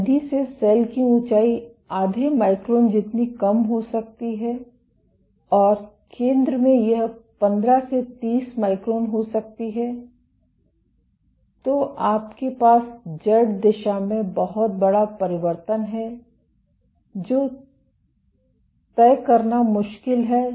परिधि से सेल की ऊंचाई आधे माइक्रोन जितनी कम हो सकती है और केंद्र में यह 15 से 30 माइक्रोन हो सकती है